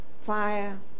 fire